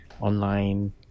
online